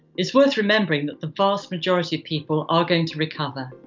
it's worth remembering that the vast majority of people are going to recover.